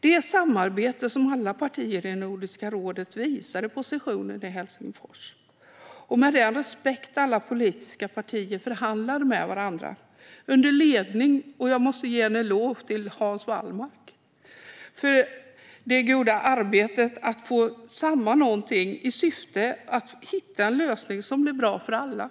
Det samarbete som alla partier i Nordiska rådet visade på sessionen i Helsingfors och den respekt med vilken alla politiska partier förhandlade med varandra skedde under ledning av Hans Wallmark. Jag måste ge en eloge till honom för det goda arbetet med att få samman någonting i syfte att hitta en lösning som blir bra för alla.